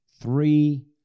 three